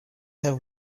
have